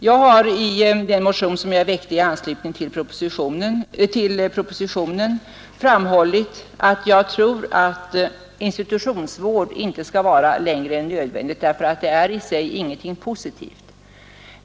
Jag har i den motion som jag väckt i anslutning till propositionen framhållit att jag tror att institutionsvård inte skall vara längre än nödvändigt därför att den i sig inte är någonting positivt.